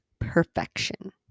perfection